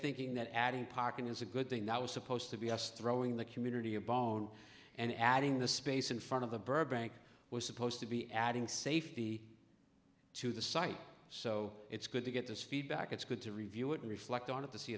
thinking that adding parking is a good thing that was supposed to be just throwing the community a bone and adding the space in front of the burbank was supposed to be adding safety to the site so it's good to get this feedback it's good to review it and reflect on it to see